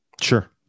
Sure